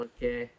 Okay